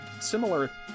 similar